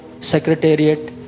Secretariat